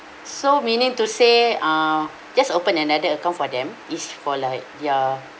so meaning to say uh just open another account for them is for like their